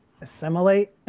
assimilate